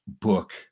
book